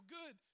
good